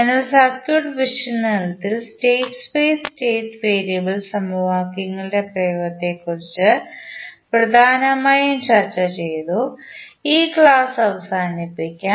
അതിനാൽ സർക്യൂട്ട് വിശകലനത്തിൽ state space state variable സമവാക്യങ്ങളുടെ പ്രയോഗത്തെക്കുറിച്ച് പ്രധാനമായും ചർച്ച ചെയ്ത ഈ ക്ലാസ് അവസാനിപ്പിക്കാം